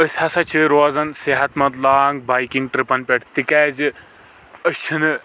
أسۍ ہسا چھِ روزان صحت منٛد لانٛگ بایکنٛگ ٹرپن پٮ۪ٹھ تِکیٛازِ أسۍ چھِنہٕ